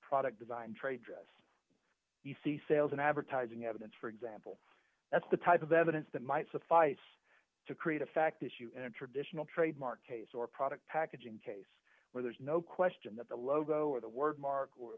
product design trade dress you see sales and advertising evidence for example that's the type of evidence that might suffice to create a fact issue in a traditional trademark case or product packaging case where there's no question that the logo or the word mark or